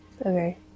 Okay